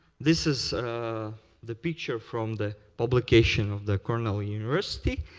this is the picture from the publication of the cornell university.